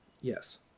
Yes